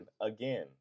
again